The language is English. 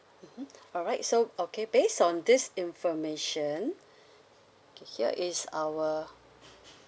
mmhmm alright so okay based on this information okay here is our